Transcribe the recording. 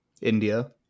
India